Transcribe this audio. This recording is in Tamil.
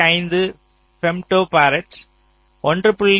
5 ஃபெம்டோபாரட்ஸ் 1